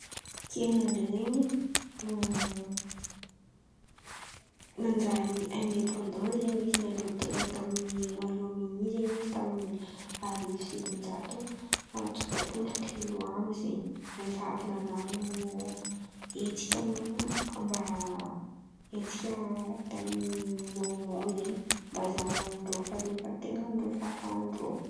Kenia ndraiky zen̈y nanjary indepondan zen̈y izy nahaleo ten̈a tamin'ny roiaômini zen̈y izy tamin'ny arivo sivinjato tsôtampolo telo amby zen̈y. Rehefa avy nan̈ano hetsika mba hetsika tamin'ny môman zen̈y mba ahazahoan-drô fahaleovanten̈an-drô, fahafahandrô.